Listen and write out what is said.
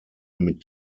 mit